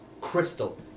Crystal